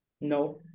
No